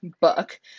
book